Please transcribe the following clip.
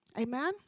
Amen